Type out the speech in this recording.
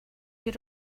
you